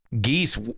geese